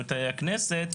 מדיניות הכנסת,